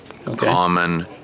common